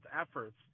efforts